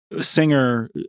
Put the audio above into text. singer